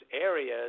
areas